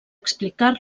explicar